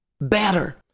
better